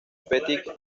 petit